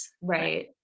Right